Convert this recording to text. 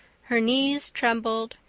her knees trembled,